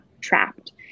trapped